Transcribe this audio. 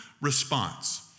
response